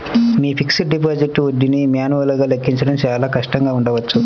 మీ fixed deposit వడ్డీని మాన్యువల్గా లెక్కించడం చాలా కష్టంగా ఉండవచ్చు